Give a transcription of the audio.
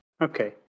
okay